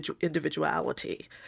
individuality